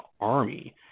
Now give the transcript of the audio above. Army